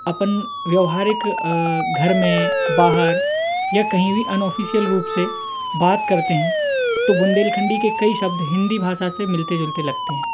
अपन व्यवहारिक घर में बाहर या कहीं भी अन ऑफिसियल रूप से बात करते हैं तो बुन्देलखंडी के कई शब्द हिंदी भाषा से मिलते जुलते लगते हैं